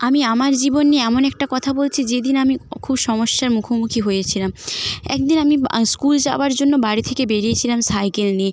আমি আমার জীবন নিয়ে এমন একটা কথা বলছি যেদিন আমি খুব সমস্যার মুখোমুখি হয়েছিলাম একদিন আমি স্কুল যাওয়ার জন্য বাড়ি থেকে বেরিয়েছিলাম সাইকেল নিয়ে